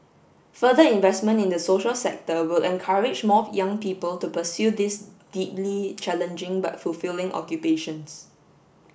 further investment in the social sector will encourage more young people to pursue these deeply challenging but fulfilling occupations